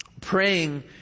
praying